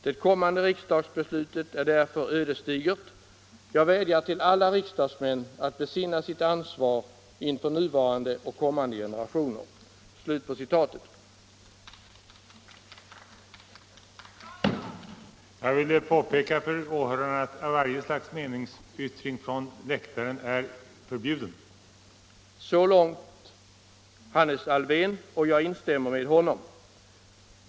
Det kommande riksdagsbeslutet är därför ödesdigert. Jag vädjar till alla riksdagsmän att besinna sitt ansvar inför nuvarande och kommande generationer.” Så långt Hannes Alfvén, och jag instämmer med honom.